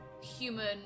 human